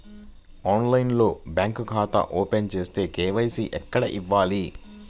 ఆన్లైన్లో బ్యాంకు ఖాతా ఓపెన్ చేస్తే, కే.వై.సి ఎక్కడ ఇవ్వాలి?